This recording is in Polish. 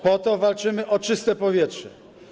Po to walczymy o czyste powietrze.